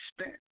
spent